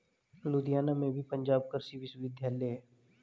लुधियाना में भी पंजाब कृषि विश्वविद्यालय है